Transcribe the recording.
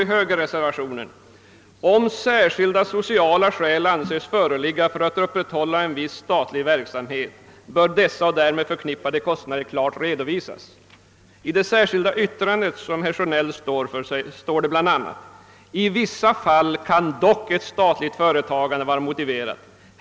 I högerreservationen står följande: »Om särskilda sociala skäl anses föreligga för att upprätthålla en viss statlig verksamhet bör dessa och därmed förknippade kostnader klart redovisas.» I det särskilda yttrandet, som bl.a. herr Sjönell står bakom, görs detta uttalande: »I vissa fall är dock ett statligt företagande motiverat.